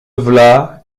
v’là